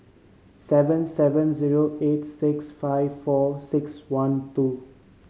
seven seven zero eight six five four six one two